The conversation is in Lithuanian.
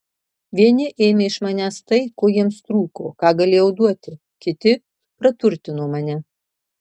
vieni ėmė iš manęs tai ko jiems trūko ką galėjau duoti kiti praturtino mane